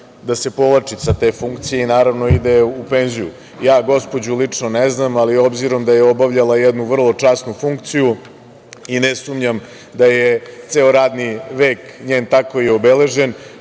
da se povlači sa te funkcije i naravno, ide u penziju. Gospođu lično ne znam ali obzirom da je obavljala jednu vrlo časnu funkciju i ne sumnjam da je ceo radni vek njen tako i obeležen,